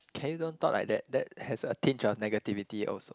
can you don't talk like that that has a tinge of negativity also